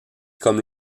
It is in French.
comme